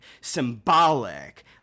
symbolic